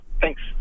thanks